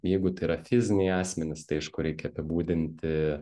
jeigu tai yra fiziniai asmenys tai aišku reikia apibūdinti